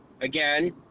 again